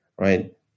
right